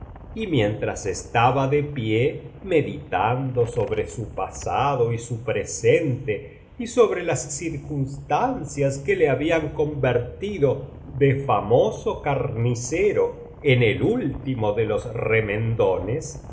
y mientras estaba de pie meditando sobre su pasado y su presente y sobre las circunstancias que le habían convertido de famoso carnicero en el último de los